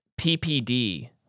PPD